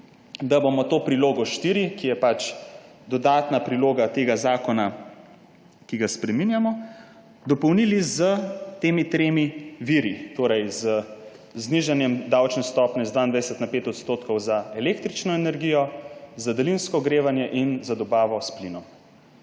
da bomo to Prilogo IV, ki je dodatna priloga tega zakona, ki ga spreminjamo, dopolnili s temi tremi viri, torej z znižanjem davčne stopnje z 22 na 5 % za električno energijo, za daljinsko ogrevanje in za dobavo s plinom.